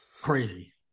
Crazy